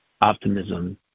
optimism